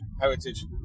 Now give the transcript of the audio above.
heritage